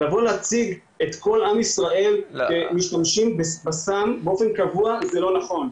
לבוא ולהציג את כל עם ישראל כמשתמשים בסם באופן קבוע זה לא נכון.